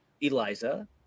Eliza